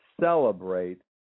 celebrate